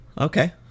Okay